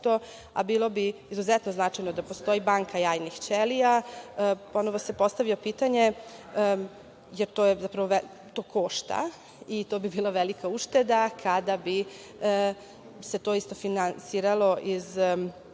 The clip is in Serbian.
a bilo bi izuzetno značajno da postoji banka jajnih ćelija. Ponovo se postavlja pitanje, zapravo to košta i to bi bila velika ušteda kada bi se to isto finansiralo iz